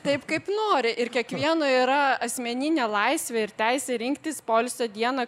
taip kaip nori ir kiekvieno yra asmeninė laisvė ir teisė rinktis poilsio dieną